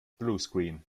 bluescreen